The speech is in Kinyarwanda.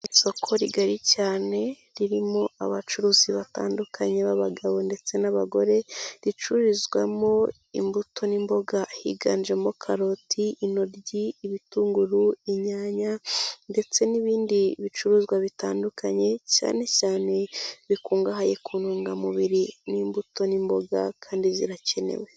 Isoko rigari cyane ririmo abacuruzi batandukanye b'abagabo ndetse n'abagore, ricururizwamo imbuto n'imboga higanjemo karoti, inoryi, ibitunguru, inyanya ndetse n'ibindi bicuruzwa bitandukanye cyane cyane bikungahaye ku ntungamubiri n'imbuto n'imboga kandi zirakenewe.